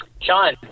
Sean